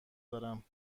دارم